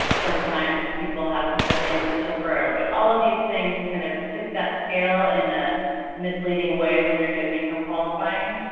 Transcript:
sometimes people have people staying with them temporarily. but all of these things kind of tip that scale in a misleading way when you're doing income qualifying.